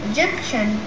Egyptian